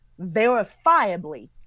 verifiably